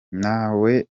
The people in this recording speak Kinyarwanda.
natwe